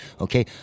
okay